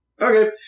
Okay